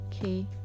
Okay